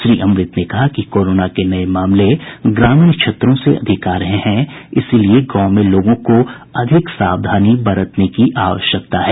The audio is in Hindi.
श्री अमृत ने कहा कि कोरोना के नये मामले ग्रामीण क्षेत्रों से अधिक आ रहे हैं इसलिए गांवों में लोगों को अधिक सावधानी बरतने की आवश्यकता है